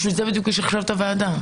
בשביל זה בדיוק יש עכשיו את הישיבה בוועדה.